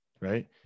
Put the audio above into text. right